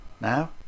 now